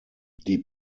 die